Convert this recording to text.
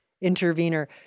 intervener